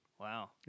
Wow